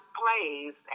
plays